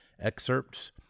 excerpts